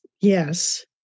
yes